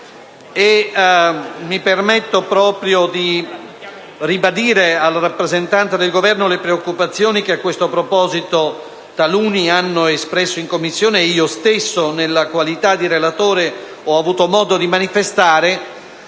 Mi permetto di ribadire al rappresentante del Governo le preoccupazioni che a questo proposito taluni hanno espresso in Commissione e io stesso, nella qualità di relatore, ho avuto modo di manifestare.